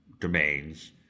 domains